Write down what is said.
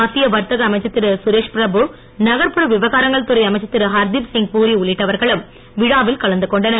மத்திய வர்த்தக அமைச்சர் திரு கரேஷ்பிரபு நகர்புற விவகாரங்கள் துறை அமைச்சர் திரு ஹர்திப்சிங் பூரி உள்ளிட்டவர்களும் விழாவில் கலந்து கொண்டனர்